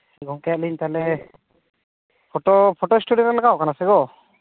ᱜᱚᱢᱠᱮ ᱟᱹᱞᱤᱧ ᱛᱟᱦᱚᱞᱮ ᱯᱚᱴᱳ ᱯᱷᱚᱴᱳ ᱥᱴᱩᱰᱤᱭᱳᱨᱮ ᱞᱟᱜᱟᱣ ᱠᱟᱱᱟ ᱥᱮ ᱜᱳ